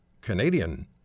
Canadian